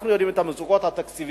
אנחנו יודעים את המצוקות התקציביות.